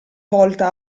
volta